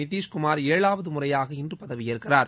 நிதீஷ் குமார் ஏழாவது முறையாக இன்று பதவி ஏற்கிறார்